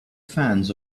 fans